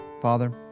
Father